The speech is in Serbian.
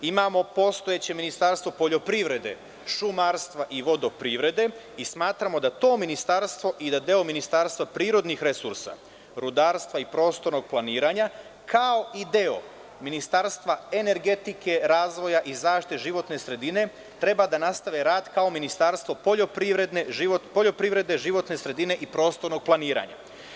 Imamo postojeće Ministarstvo poljoprivrede, šumarstva i vodoprivrede i smatramo da to ministarstvo i da deo Ministarstva prirodnih resursa, rudarstva i prostornog planiranja kao i deo Ministarstva energetike, razvoja i zaštite životne sredine treba da nastave rad kao Ministarstvo poljoprivrede, životne sredine i prostornog planiranja.